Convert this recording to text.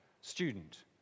student